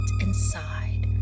inside